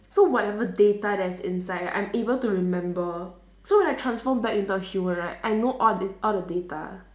so whatever data that's inside right I'm able to remember so when I transform back into a human right I know all this all the data